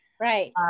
Right